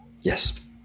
Yes